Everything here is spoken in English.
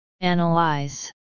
Analyze